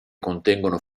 contengono